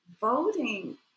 voting